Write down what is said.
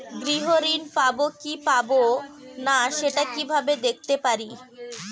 গৃহ ঋণ পাবো কি পাবো না সেটা কিভাবে দেখতে পারি?